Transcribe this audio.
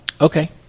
Okay